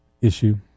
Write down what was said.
issue